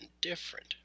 different